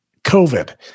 COVID